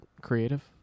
creative